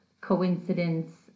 coincidence